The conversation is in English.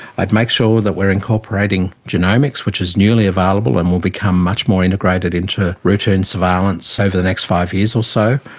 i'd make sure that we are incorporating genomics which is newly available and will become much more integrated into routine surveillance over the next five years or so,